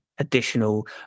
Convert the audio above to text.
Additional